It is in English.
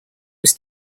was